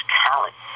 talent